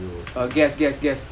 okay where are you